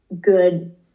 good